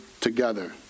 together